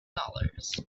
dollars